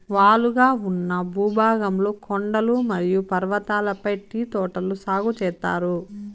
వాలుగా ఉన్న భూభాగంలో కొండలు మరియు పర్వతాలపై టీ తోటలు సాగు చేత్తారు